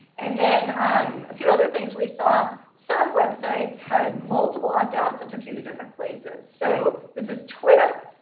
and then a few other things we saw. some websites had multiple opt outs that took you to different places. so this is twitter.